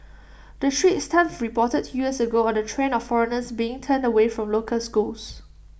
the straits times reported two years ago on the trend of foreigners bring turned away from local schools